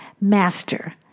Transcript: Master